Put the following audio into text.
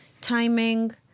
timing